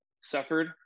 suffered –